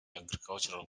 agricultural